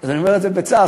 אני אומר את זה בצער.